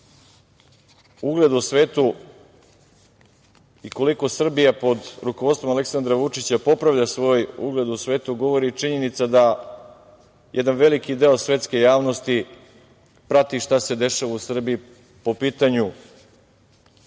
ugled u svetu i koliko Srbija pod rukovodstvom Aleksandra Vučića popravlja svoj ugled u svetu govori činjenica da jedan veliki deo svetske javnosti prati šta se dešava u Srbiji po pitanju